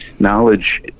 Knowledge